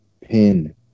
pin